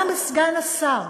גם סגן השר,